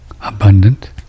abundant